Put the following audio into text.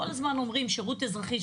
כל הזמן אומרים שירות אזרחי,